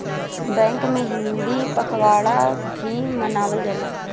bank Hindi हिंदी पखवाड़ा भी मनावल जाला